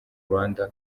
rwanda